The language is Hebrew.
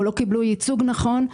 או לא קיבלו ייצוג נכון.